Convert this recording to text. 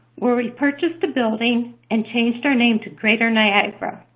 where we purchased a building and changed our name to greater niagara.